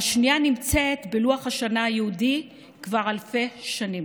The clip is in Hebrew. והשנייה נמצאת בלוח השנה היהודי כבר אלפי שנים.